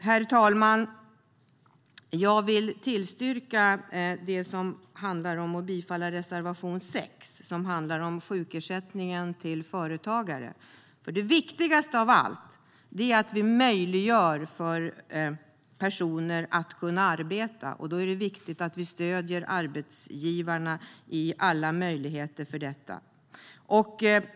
Herr talman! Jag vill yrka bifall till reservation 6, som handlar om sjukersättningen till företagare. Det viktigaste av allt är att möjliggöra för personer att arbeta, och då är det viktigt att stödja arbetsgivarna på alla sätt.